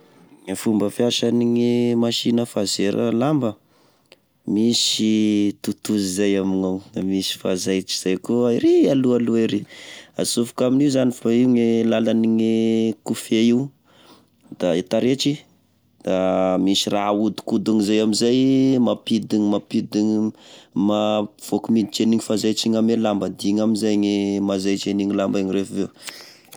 E fomba fiasane masina fazera lamba, misy totozy zay amignao da misy fanzaitry zay koa ery aloaaloa ery asofoka aminio zay fa io gne lalany gne kofehy io, da e taretry, da misy raha ahodikodiny zay amzay, mampidina, mampidina, mampivôky miditre an'igny fanzaitry ame lamba de iny amzay gne manzaitra an'igny lamba iny refa avy eo.